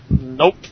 Nope